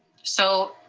so,